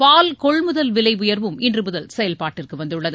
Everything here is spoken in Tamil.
பால் கொள்முதல் விலை உயர்வும் இன்று முதல் செயல்பாட்டிற்கு வந்துள்ளது